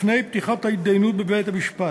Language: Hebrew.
לפני פתיחת התדיינות בבית-המשפט.